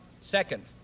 Second